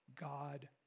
God